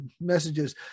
messages